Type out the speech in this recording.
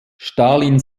stalin